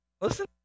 Listen